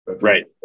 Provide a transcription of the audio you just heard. Right